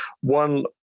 One